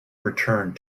returned